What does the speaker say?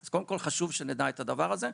אז קודם כל חשוב שנדע את הדבר הזה,